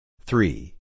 Three